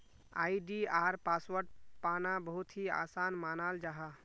आई.डी.आर password पाना बहुत ही आसान मानाल जाहा